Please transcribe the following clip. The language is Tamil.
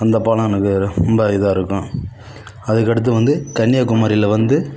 அந்த பாலம் எனக்கு ரொம்ப இதாக இருக்கும் அதுக்கு அடுத்து வந்து கன்னியாகுமரியில வந்து